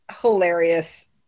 hilarious